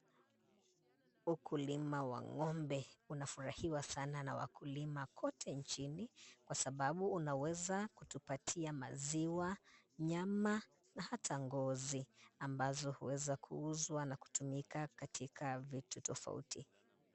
Ukulima wa ng'ombe unafurahiwa sana na wakuliwa kote nchini, kwasababu unaweza kutupatia maziwa, nyama na hata ngozi, ambazo huweza kuuzwa na kutumika katika vitu tofauti.